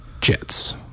Jets